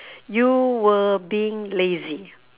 you were being lazy